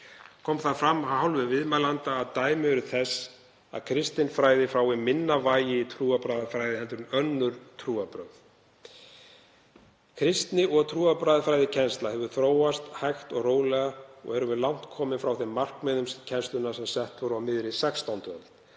Kom það fram af hálfu viðmælenda að dæmi eru þess að kristinfræði fái minna vægi í trúarbragðafræði heldur en önnur trúarbrögð. Kristni- og trúarbragðafræðikennsla hefur þróast hægt og rólega og erum við langt komin frá þeim markmiðum kennslunnar sem sett voru á miðri 16. öld.